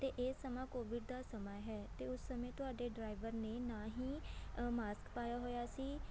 ਅਤੇ ਇਹ ਸਮਾਂ ਕੋਵਿਡ ਦਾ ਸਮਾਂ ਹੈ ਅਤੇ ਉਸ ਸਮੇਂ ਤੁਹਾਡੇ ਡਰਾਈਵਰ ਨੇ ਨਾ ਹੀ ਮਾਸਕ ਪਾਇਆ ਹੋਇਆ ਸੀ